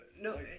No